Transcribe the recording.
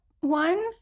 one